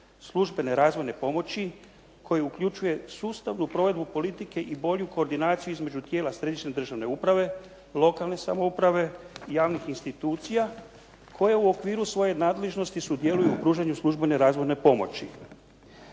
službene razvojne pomoći koji uključuje sustavnu provedbu politike i bolju koordinaciju između tijela središnje državne uprave, lokalne samouprave, javnih institucija koje u okviru svoje nadležnosti sudjeluju u pružanju službene razvojne pomoći.